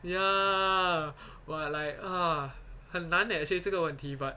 ya !wah! like 很难 leh actually 这个问题 but